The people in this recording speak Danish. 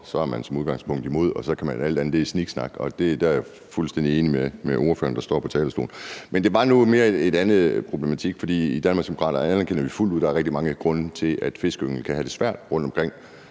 er man som udgangspunkt imod, og så er alt andet sniksnak. Der er jeg fuldstændig enig med ordføreren, der står på talerstolen. Men det var nu mere en anden problematik. I Danmarksdemokraterne anerkender vi fuldt ud, at der er rigtig mange grunde til, at fiskeyngel kan have det svært rundtomkring.